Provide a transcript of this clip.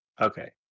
okay